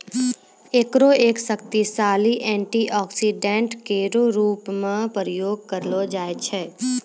एकरो एक शक्तिशाली एंटीऑक्सीडेंट केरो रूप म प्रयोग करलो जाय छै